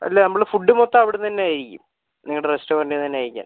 അല്ല നമ്മൾ ഫുഡ് മൊത്തം അവിടന്ന് തന്നെ ആയിരിക്കും നിങ്ങളുടെ റെസ്റ്റോറൻറ്റീന്ന് തന്നെ കഴിക്കാം